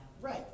right